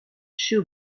shoe